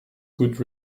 good